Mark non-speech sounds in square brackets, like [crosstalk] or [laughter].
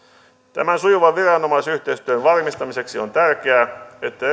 tämän sujuvan viranomaisyhteistyön varmistamiseksi on tärkeää että [unintelligible]